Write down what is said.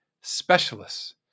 specialists